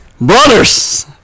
Brothers